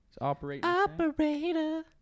Operator